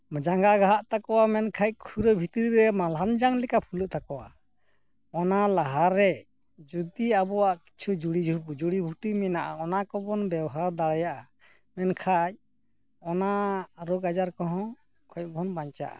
ᱢᱟᱱᱮ ᱡᱟᱸᱜᱟ ᱜᱷᱟᱜ ᱛᱟᱠᱚᱣᱟ ᱢᱮᱱᱠᱷᱟᱱ ᱠᱷᱩᱨᱟᱹ ᱵᱷᱤᱛᱨᱤ ᱨᱮ ᱢᱟᱞᱦᱟᱱ ᱡᱟᱝ ᱞᱮᱠᱟ ᱯᱷᱩᱞᱟᱹᱜ ᱛᱟᱠᱚᱣᱟ ᱚᱱᱟ ᱞᱟᱦᱟ ᱨᱮ ᱡᱩᱫᱤ ᱟᱵᱚᱣᱟᱜ ᱠᱤᱪᱷᱩ ᱡᱩᱲᱤ ᱵᱩᱴᱤ ᱢᱮᱱᱟᱜᱼᱟ ᱚᱱᱟ ᱠᱚᱵᱚᱱ ᱵᱮᱣᱦᱟᱨ ᱫᱟᱲᱮᱭᱟᱜᱼᱟ ᱢᱮᱱᱠᱷᱟᱱ ᱚᱱᱟ ᱨᱳᱜᱽ ᱟᱡᱟᱨ ᱠᱚᱦᱚᱸ ᱠᱷᱚᱱ ᱵᱚᱱ ᱵᱟᱧᱪᱟᱜᱼᱟ